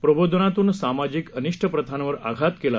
प्रबोधनातून समाजातील अनिष्ट प्रथांवर आघात केला